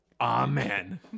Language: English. amen